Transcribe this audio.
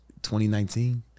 2019